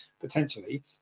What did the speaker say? potentially